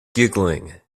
giggling